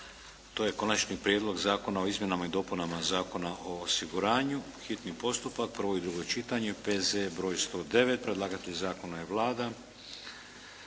to je - Konačni prijedlog zakona o izmjenama i dopunama Zakona o osiguranju, hitni postupak, prvo i drugo čitnaje, P.Z.E. br. 109 Predlagatelj zakona je Vlada.